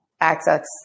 access